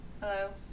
hello